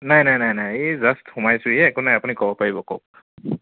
নাই নাই নাই নাই এই জাষ্ট সোমাইছোঁহিহে এক নাই আপুনি ক'ব পাৰিব কওক